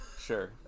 sure